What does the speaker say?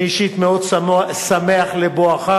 אני אישית מאוד שמח על בואך,